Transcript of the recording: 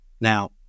Now